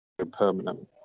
permanent